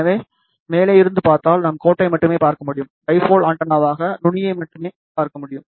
எனவே மேலே இருந்து பார்த்தால் நாம் கோட்டை மட்டுமே பார்ப்போம் டைபோல் ஆண்டெனாவாக நுனியை மட்டுமே பார்க்க முடியும்